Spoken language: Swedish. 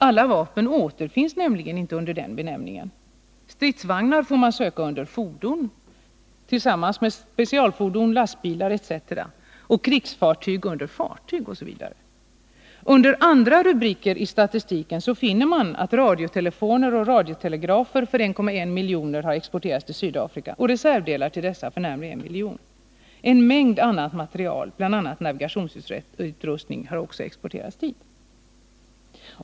Alla vapen återfinns nämligen inte under den benämningen. Stridsvagnar får man söka under fordon, tillsammans med specialfordon, lastbilar etc. , krigsfartyg under fartyg, osv. Under andra rubriker i statistiken finner man att radiotelefoner och radiotelegrafer för 1,1 milj.kr.och reservdelar till dessa för närmare 1 milj.kr. exporterats till Sydafrika. En mängd annan materiel, bl.a. navigationsutrustning, har också exporterats dit.